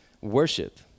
worship